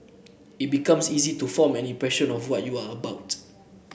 it becomes easy to form an impression of what you are about